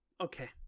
okay